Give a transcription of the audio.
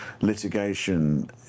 Litigation